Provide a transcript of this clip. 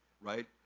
right